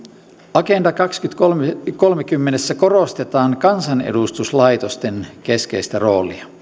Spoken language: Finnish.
agenda kaksituhattakolmekymmentässä korostetaan kansanedustuslaitosten keskeistä roolia